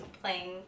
playing